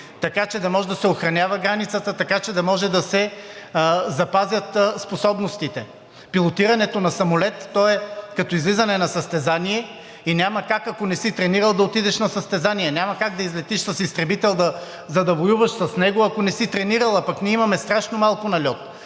така че да може да се охранява границата, така че да може да се запазят способностите. Пилотирането на самолет е като излизане на състезание и няма как, ако не си тренирал, да отидеш на състезание. Няма как да излетиш с изтребител, за да воюваш с него, ако не си тренирал, а пък ние имаме страшно малко нальот,